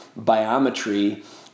biometry